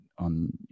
on